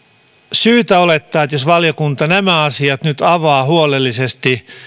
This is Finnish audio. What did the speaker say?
syytä olettaa että jos valiokunta nämä asiat nyt avaa huolellisesti